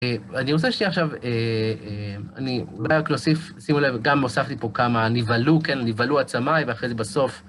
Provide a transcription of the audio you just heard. אני רוצה שתהיה עכשיו, אני רק נוסיף, שימו לב, גם הוספתי פה כמה נבהלו, נבהלו עצמיי, ואחרי זה בסוף.